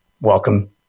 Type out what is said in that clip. Welcome